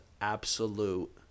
absolute